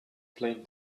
plain